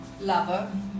lover